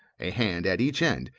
a hand at each end,